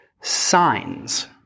signs